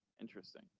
Interesting